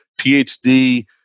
PhD